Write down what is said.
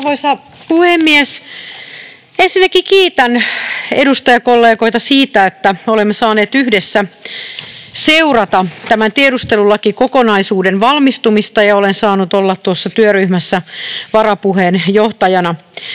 Arvoisa puhemies! Ensinnäkin kiitän edustajakollegoita siitä, että olemme saaneet yhdessä seurata tämän tiedustelulakikokonaisuuden valmistumista ja olen saanut olla tuossa työryhmässä varapuheenjohtajana.